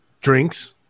drinks